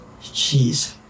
Jeez